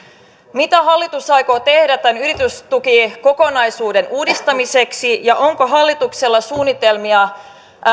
mitä hallitus aikoo tehdä tämän yritystukikokonaisuuden uudistamiseksi ja onko hallituksella suunnitelmia